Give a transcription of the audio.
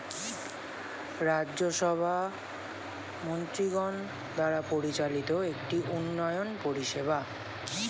রাজ্য সভা মন্ত্রীগণ দ্বারা পরিচালিত একটি উন্নয়ন পরিষেবা